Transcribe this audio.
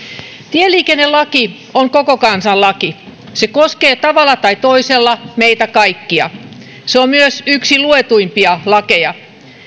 tieliikennelaki on koko kansan laki se koskee tavalla tai toisella meitä kaikkia se on myös yksi luetuimpia lakeja